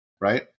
right